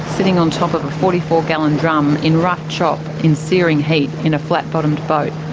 sitting on top of a forty four gallon drum in rough chop in searing heat in a flat-bottomed boat.